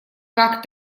как